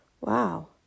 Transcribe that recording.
Wow